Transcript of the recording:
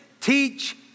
teach